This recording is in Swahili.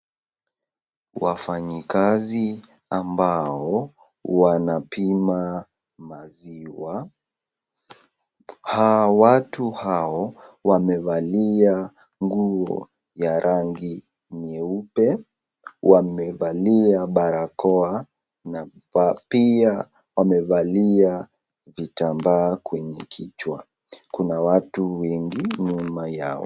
Wafanyikazi ambao wanapima maziwa watu hao wamevalia nguo ya rangi nyeupe wamevalia barakoa na pia wamevalia vitambaa kwenye kichwa kuna watu wengi nyuma yao .